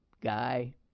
guy